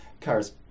cars